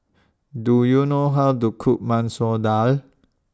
Do YOU know How to Cook Masoor Dal